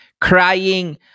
Crying